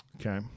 okay